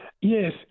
Yes